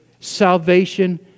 Salvation